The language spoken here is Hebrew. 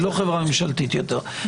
היא לא חברה ממשלתית יותר.